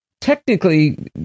technically